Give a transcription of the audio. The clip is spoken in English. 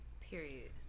Period